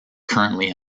currently